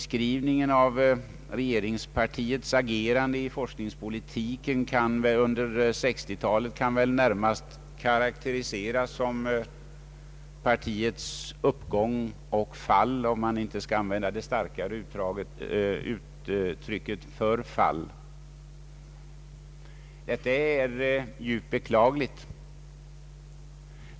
Beskrivningen av regeringspartiets agerande inom forskningspolitiken under 1960-talet kan väl närmast karakteriseras som partiets nedgång och fall, för att nu inte använda det starkare uttrycket förfall. Detta är djupt beklagligt.